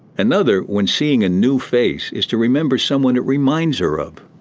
another, when seeing a new face, is to remember someone it reminds her of.